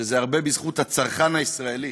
שזה הרבה בזכות הצרכן הישראלי